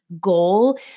goal